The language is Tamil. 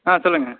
ஆ சொல்லுங்க